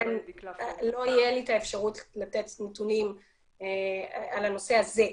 לכן לא תהיה לי האפשרות לתת נתונים על הנושא הזה.